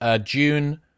June